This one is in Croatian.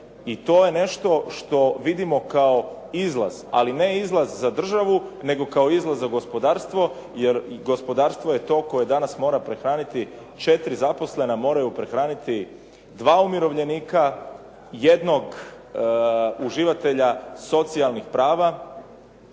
I to je nešto što vidimo kao izlaz ali ne izlaz za državu nego kao izlaz za gospodarstvo jer gospodarstvo je to koje danas mora prehraniti, četiri zaposlena moraju prehraniti dva umirovljenika, jednog uživatelja socijalnih prava